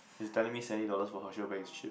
he's telling me seventy dollars for Herschel bag is cheap